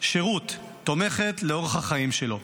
שירות תומכת לאורח החיים שלו.